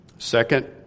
Second